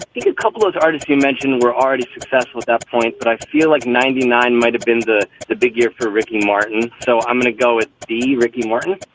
a couple of artists you mentioned were already successful at that point, but i feel like ninety nine might have been the the big year for ricky martin. so i'm going to go at the ricky martin